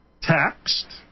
taxed